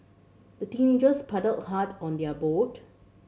the teenagers paddled hard on their boat